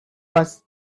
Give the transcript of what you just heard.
was